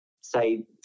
say